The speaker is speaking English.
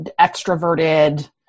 extroverted